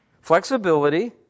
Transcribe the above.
flexibility